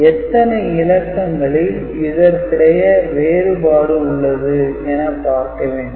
எத்தனை இலக்கங்களில் இதற்கிடையே வேறுபாடு உள்ளது என பார்க்க வேண்டும்